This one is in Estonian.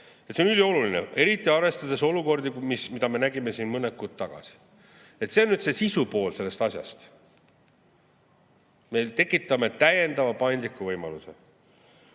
See on ülioluline, eriti arvestades olukordi, mida me nägime siin mõned kuud tagasi. See on see sisupool sellest asjast: me tekitame täiendava, paindliku võimaluse.